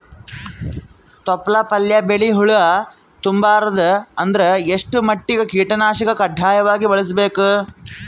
ತೊಪ್ಲ ಪಲ್ಯ ಬೆಳಿ ಹುಳ ತಿಂಬಾರದ ಅಂದ್ರ ಎಷ್ಟ ಮಟ್ಟಿಗ ಕೀಟನಾಶಕ ಕಡ್ಡಾಯವಾಗಿ ಬಳಸಬೇಕು?